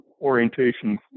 orientation